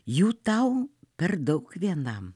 jų tau per daug vienam